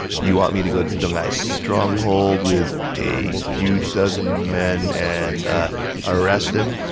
you want me to go to deng ai's stronghold, with a few dozen men, and ah arrest him?